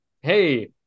hey